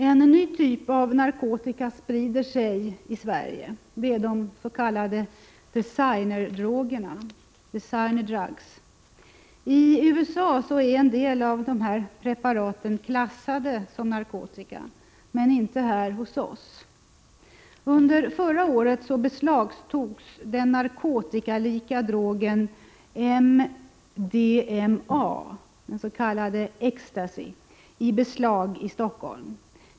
En ny typ av narkotika sprider sig i Sverige, det är det s.k. designer drugs. I USA är en del av de här preparaten klassade som narkotika, men inte här hos oss. Under förra året beslagtogs den narkotikaliknande drogen MDMA, den s.k. Ecstasy, i Stockholm.